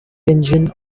engine